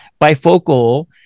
bifocal